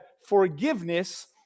forgiveness